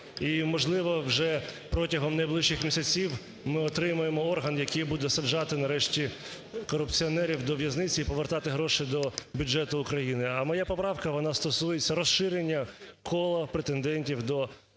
можливо, вже протягом найближчих місяців ми отримаємо орган, який буде саджати нарешті корупціонерів до в'язниць і повертати гроші до бюджету України. А моя поправка, вона стосується розширення кола претендентів до